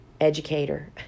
educator